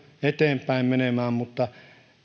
eteenpäin menemään mutta